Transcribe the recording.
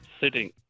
sitting